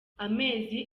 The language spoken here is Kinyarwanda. amezi